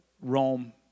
Rome